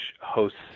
hosts